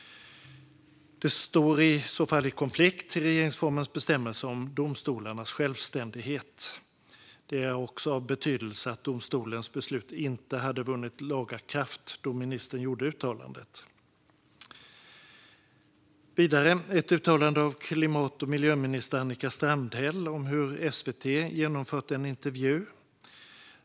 Det står i så fall i konflikt med regeringsformens bestämmelser om domstolarnas självständighet. Det är också av betydelse att domstolens beslut inte hade vunnit laga kraft då ministern gjorde uttalandet. Vidare har vi granskat ett uttalande av klimat och miljöminister Annika Strandhäll om hur SVT hade genomfört en intervju.